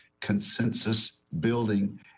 consensus-building